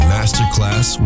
Masterclass